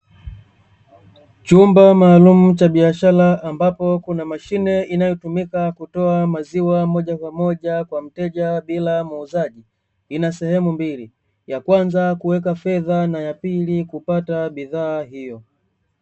Chumba maalumu cha biashara ambapo, kuna mashine inayotumika kutoa maziwa moja kwa moja kwa mteja bila muuzaji; ina sehemu mbili, ya kwanza kuweka fedha na ya pili kupata bidhaa hiyo.